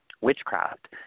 witchcraft